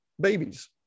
babies